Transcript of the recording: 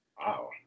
Wow